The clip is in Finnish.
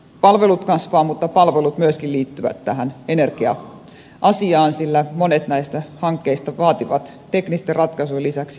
palvelut kasvavat mutta palvelut myöskin liittyvät tähän energia asiaan sillä monet näistä hankkeista vaativat teknisten ratkaisujen lisäksi myöskin palveluita